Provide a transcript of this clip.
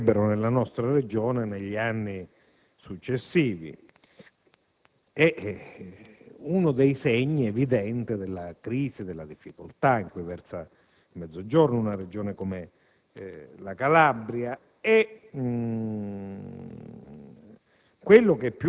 si avrebbero nella nostra Regione negli anni successivi. È uno dei segni evidenti della crisi, della difficoltà in cui versa il Mezzogiorno e, in questo caso, una Regione come la Calabria.